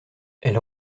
elle